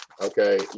okay